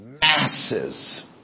masses